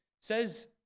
says